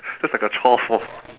that's like a chore for